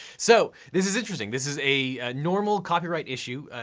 so this is interesting, this is a normal copyright issue,